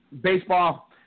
baseball